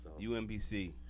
UMBC